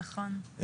נכון.